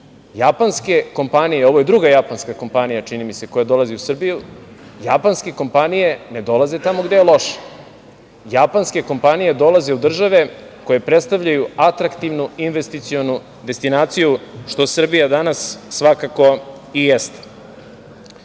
ovo je čini mi se druga japanska kompanija koja dolazi u Srbiju, japanske kompanije ne dolaze tamo gde je loše. Japanske kompanije dolaze u države koje predstavljaju atraktivnu investicionu destinaciju što Srbija danas svakako jeste. Kada